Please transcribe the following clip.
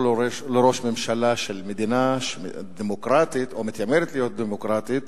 לא לראש ממשלה של מדינה דמוקרטית או מתיימרת להיות דמוקרטית,